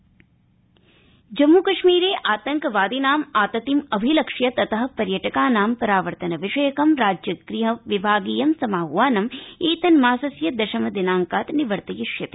कश्मीर समाह्वानम् जम्मू कश्मीरे आतंकवादिनाम् आततिमभिलक्ष्य ततः पर्यटकानां परावर्तन विषयकं राज्य गृह विभागीयं समाद्वानम् एतन्यासस्य दशम दिनांकात् निवर्तयिष्यते